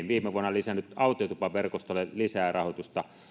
viime vuonna lisännyt autiotupaverkostolle lisärahoitusta